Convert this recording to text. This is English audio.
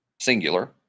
singular